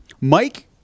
Mike